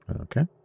Okay